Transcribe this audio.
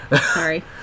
Sorry